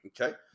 Okay